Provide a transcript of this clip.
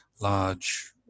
large